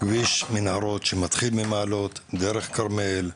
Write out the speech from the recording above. כביש מנהרות שמתחיל ממעלות דרך הכרמל,